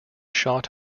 shot